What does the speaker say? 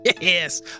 Yes